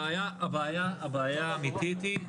הבעיה האמיתי היא,